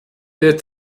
der